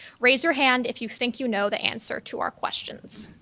raise your hand if you think you know the answer to our questions.